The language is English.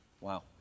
Wow